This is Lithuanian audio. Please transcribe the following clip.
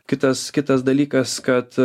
kitas kitas dalykas kad